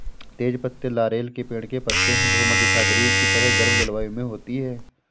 तेज पत्ते लॉरेल के पेड़ के पत्ते हैं भूमध्यसागरीय की तरह गर्म जलवायु में होती है